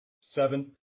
Seven